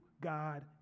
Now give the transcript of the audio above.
God